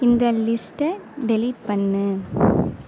இந்த லிஸ்ட்டை டெலீட் பண்ணு